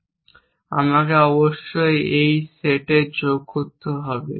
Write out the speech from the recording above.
তখন আমাকে অবশ্যই এই সেটে যোগ করতে হবে